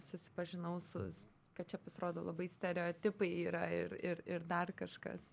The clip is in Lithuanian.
susipažinau su kad čia pasirodo labai stereotipai yra ir ir ir dar kažkas